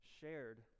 shared